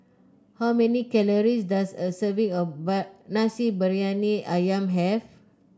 how many calories does a serving of Nasi Briyani ayam have